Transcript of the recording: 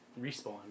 Respawn